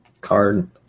card